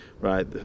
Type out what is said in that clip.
Right